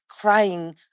crying